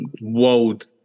world